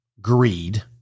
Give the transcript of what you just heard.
greed